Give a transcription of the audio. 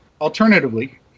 Alternatively